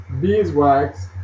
beeswax